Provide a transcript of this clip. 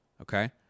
Okay